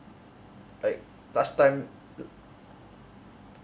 like last time